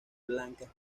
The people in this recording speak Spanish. blancas